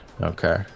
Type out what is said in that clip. Okay